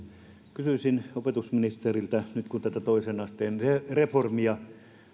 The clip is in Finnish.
kysyisin opetusministeriltä nyt kun tätä toisen asteen reformia